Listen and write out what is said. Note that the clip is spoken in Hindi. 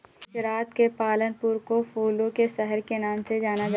गुजरात के पालनपुर को फूलों के शहर के नाम से भी जाना जाता है